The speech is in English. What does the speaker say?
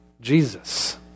Jesus